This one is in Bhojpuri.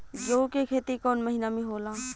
गेहूं के खेती कौन महीना में होला?